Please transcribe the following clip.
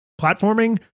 platforming